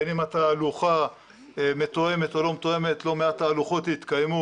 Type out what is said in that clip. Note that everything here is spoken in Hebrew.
בין אם התהלוכה מתואמת או לא מתואמת לא מעט תהלוכות התקיימו,